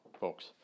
folks